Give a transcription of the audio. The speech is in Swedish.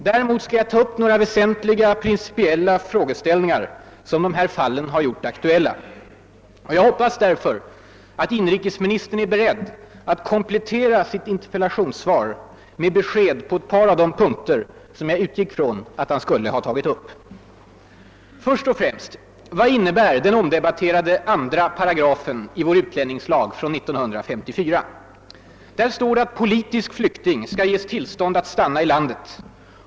Däremot skall jag ta upp några väsentliga principiella frågeställningar som de här fallen gjort aktuella, och jag hoppas därför att inrikesministern är beredd att komplettera sitt interpellationssvar med besked på ett par av de punkter som jag utgick ifrån att han skulle komma att ta upp. Först och främst: Vad innebär den omdebatterade 2 8 i vår utlänningslag från 1954? Där står att »politisk flykting» skall ges tillstånd att stanna i landet.